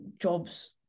jobs